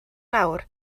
nawr